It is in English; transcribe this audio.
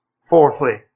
Fourthly